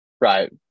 Right